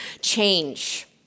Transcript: change